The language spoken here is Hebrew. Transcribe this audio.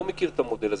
לא מכיר את המודל הזה.